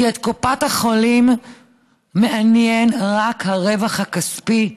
כי את קופת החולים מעניין רק הרווח הכספי,